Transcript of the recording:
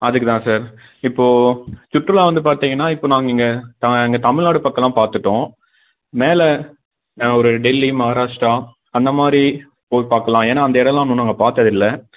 அதுக்கு தான் சார் இப்போது சுற்றுலா வந்து பார்த்தீங்கன்னா இப்போது நாங்கள் இங்க த எங்கள் தமிழ்நாடு பக்கம்லாம் பார்த்துட்டோம் மேலே ஒரு டெல்லி மகாராஷ்ட்ரா அந்த மாதிரி போய் பார்க்கலாம் ஏனால் அந்த இடோம்லாம் இன்னும் நாங்கள் பார்த்ததில்ல